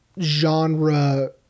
genre